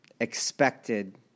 expected